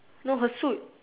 no her suit